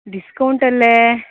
ಡಿಸ್ಕೌಂಟಲ್ಲೇ